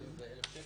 אם זה תיק